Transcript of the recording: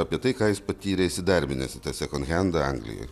apie tai ką jis patyrė įsidarbinęs į tą sekon hendą anglijoj